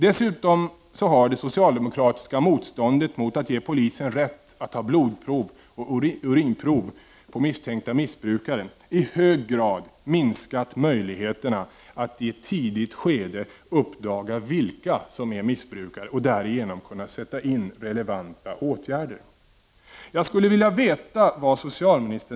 Dessutom har det socialdemokratiska motståndet mot att ge polisen rätt att ta blodprov och urinprov på misstänkta missbrukare i hög grad minskat möjligheterna att i ett tidigt skede uppdaga vilka som är missbrukare och därigenom kunna sätta in relevanta åtgärder.